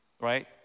right